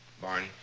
Barney